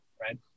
right